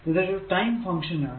ഇതൊരു time function ആണ്